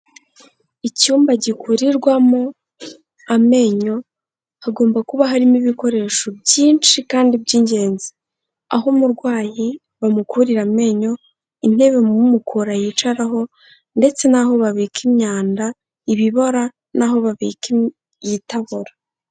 Icyumba gikurirwamo amenyo hagomba kuba harimo ibikoresho byinshi kandi by'ingenzi. Aho umurwayi bamukurira amenyo, intebe umukura yicaraho ndetse n'aho babika imyanda ibibora n'aho babika itabobora.